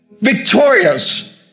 Victorious